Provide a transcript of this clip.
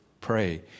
pray